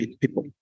people